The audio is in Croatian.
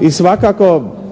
I svakako